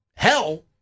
Hell